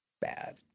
Bad